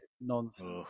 nonsense